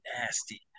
nasty